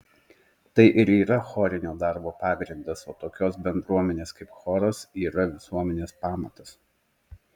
tai ir yra chorinio darbo pagrindas o tokios bendruomenės kaip choras yra visuomenės pamatas